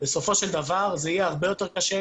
בסופו של דבר זה יהיה הרבה יותר קשה,